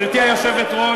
זה לא